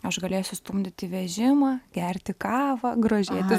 aš galėsiu stumdyti vežimą gerti kavą grožėtis